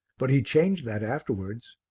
but he changed that afterwards.